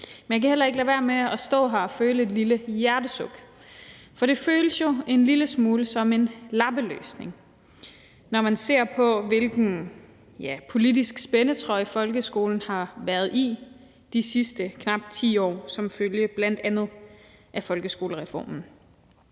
på den anden side lade være med at stå her og føle et lille hjertesuk, for det føles jo en lille smule som en lappeløsning, når man ser på, hvilken politisk spændetrøje folkeskolen har været i de sidste knap 10 år som følge af bl.a. folkeskolereformen.